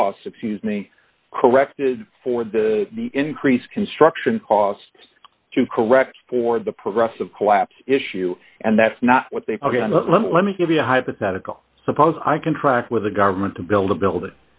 costs excuse me corrected for the the increased construction cost to correct for the progressive collapse issue and that's not what they let let me give you a hypothetical suppose i contract with the government to build a build